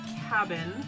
cabin